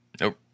nope